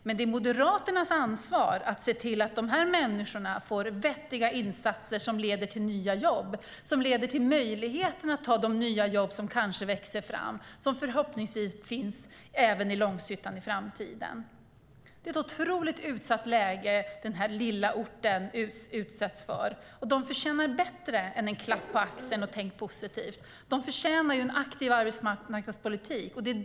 Men det är Moderaternas ansvar att se till att dessa människor får vettiga insatser som leder till nya jobb, som leder till möjligheten att ta de nya jobb som kanske växer fram, som förhoppningsvis finns även i Långshyttan i framtiden. Det är ett otroligt utsatt läge som denna lilla ort utsätts för, och människorna där förtjänar bättre än en klapp på axeln och "tänk positivt". De förtjänar en aktiv arbetsmarknadspolitik.